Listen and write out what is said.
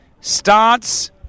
starts